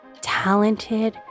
talented